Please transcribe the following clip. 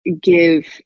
give